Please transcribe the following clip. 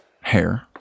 hair